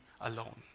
alone